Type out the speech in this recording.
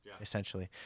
essentially